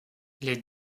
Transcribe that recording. les